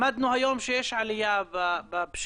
למדנו היום שיש עלייה בפשיעה